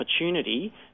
opportunity